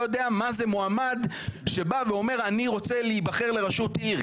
יודע מה זה מועמד שבא ואומר אני רוצה להיבחר לרשות עיר.